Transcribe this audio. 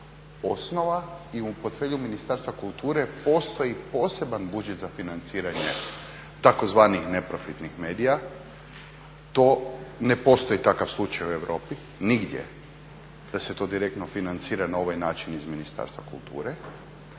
i u portfelju Ministarstva kulture postoji poseban budžet za financiranje tzv. neprofitnih medija, to ne postoji takav slučaju u Europi nigdje da se to direktno financira na ovaj način iz Ministarstva kulture